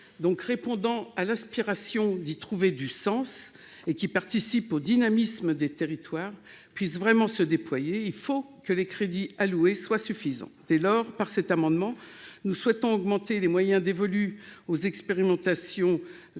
donc répondant à l'aspiration d'y trouver du sens et qui participent au dynamisme des territoires puissent vraiment se déployer il faut que les crédits alloués soit suffisant dès lors par cet amendement, nous souhaitons augmenter les moyens dévolus aux expérimentations